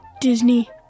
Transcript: Disney